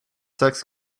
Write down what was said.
sex